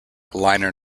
liner